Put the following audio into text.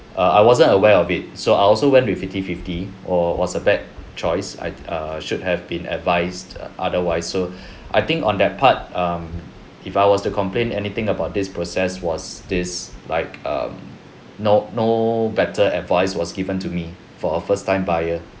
err I wasn't aware of it so I also went with fifty fifty oh was a bad choice I err should have been advised otherwise so I think on that part um if I was to complain anything about this process was this like um no no better advice was given to me for a first time buyer